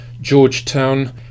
Georgetown